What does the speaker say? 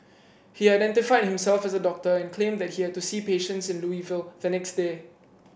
he identified himself as a doctor and claimed that he had to see patients in Louisville the next day